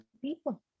people